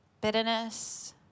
bitterness